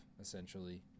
essentially